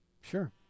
Sure